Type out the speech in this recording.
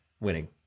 winning